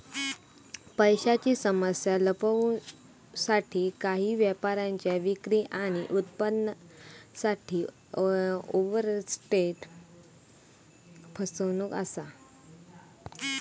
पैशांची समस्या लपवूसाठी काही व्यापाऱ्यांच्या विक्री आणि उत्पन्नासाठी ओवरस्टेट फसवणूक असा